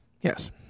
Yes